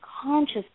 Conscious